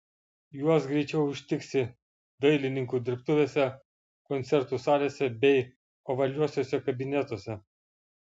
juos greičiau užtiksi dailininkų dirbtuvėse koncertų salėse bei ovaliuosiuose kabinetuose